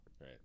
right